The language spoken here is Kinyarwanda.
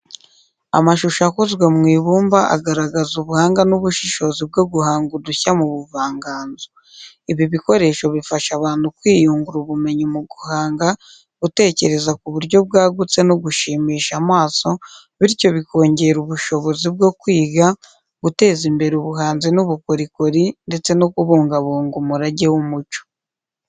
Amashusho akozwe mu ibumba agaragaza ubuhanga n’ubushobozi bwo guhanga udushya mu buvanganzo. Ibi bikoresho bifasha abantu kwiyungura ubumenyi mu guhanga, gutekereza ku buryo bwagutse no gushimisha amaso, bityo bikongera ubushobozi bwo kwiga, guteza imbere ubuhanzi n’ubukorikori ndetse no kubungabunga umurage w’umuco.